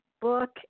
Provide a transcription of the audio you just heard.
book